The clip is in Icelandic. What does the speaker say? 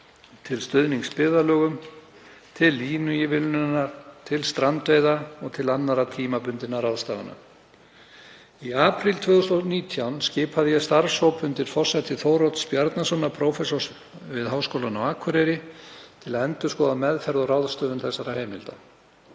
til stuðnings byggðarlögum, til línuívilnunar, til strandveiða og til annarra tímabundinna ráðstafana. Í apríl 2019 skipaði ég starfshóp undir forsæti Þórodds Bjarnasonar, prófessors við Háskólann á Akureyri, til að endurskoða meðferð og ráðstöfun þessara heimilda.